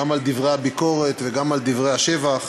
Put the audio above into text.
גם על דברי הביקורת וגם על דברי השבח.